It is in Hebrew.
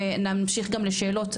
ונמשיך גם לשאלות,